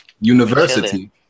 University